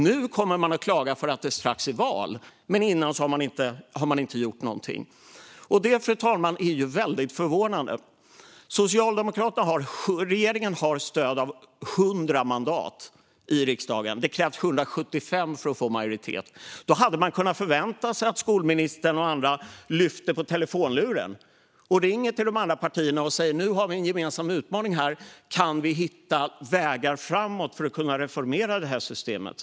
Nu kommer de och klagar därför att det strax är val, men tidigare har de inte gjort någonting. Detta, fru talman, är väldigt förvånande. Regeringen har stöd av 100 mandat i riksdagen, och det krävs 175 mandat för att få majoritet. Då skulle man kunna förvänta sig att skolministern och andra lyfter på telefonluren och ringer till de andra partierna och säger: Nu har vi en gemensam utmaning här. Kan vi hitta vägar framåt för att kunna reformera det här systemet?